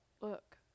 look